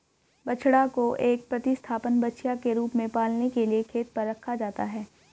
बछड़ा को एक प्रतिस्थापन बछिया के रूप में पालने के लिए खेत पर रखा जाता है